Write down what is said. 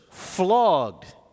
flogged